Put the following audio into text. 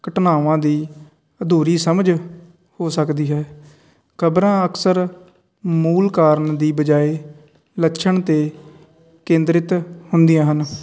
ਘਟਨਾਵਾਂ ਦੀ ਅਧੂਰੀ ਸਮਝ ਹੋ ਸਕਦੀ ਹੈ ਖ਼ਬਰਾਂ ਅਕਸਰ ਮੂਲ ਕਾਰਨ ਦੀ ਬਜਾਏ ਲੱਛਣ 'ਤੇ ਕੇਂਦਰਿਤ ਹੁੰਦੀਆਂ ਹਨ